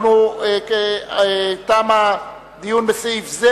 תם הדיון בסעיף זה.